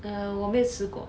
err 我没有吃过